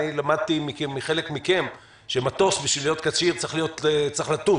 אני למדתי מחלק מכם שמטוס בשביל להיות כשיר צריך לטוס,